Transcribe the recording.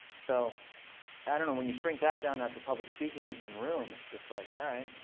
so i don't know. when you shrink that down now to public speaking in some room, it's just like, all right.